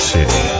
City